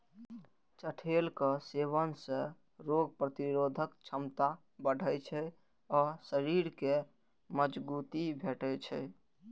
चठैलक सेवन सं रोग प्रतिरोधक क्षमता बढ़ै छै आ शरीर कें मजगूती भेटै छै